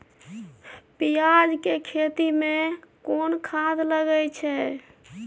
पियाज के खेती में कोन खाद लगे हैं?